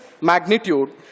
magnitude